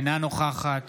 אינה נוכחת